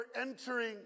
entering